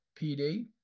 PD